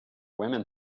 women